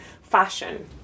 fashion